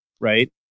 right